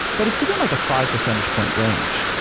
but it's within like a five percentage-point range.